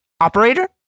Operator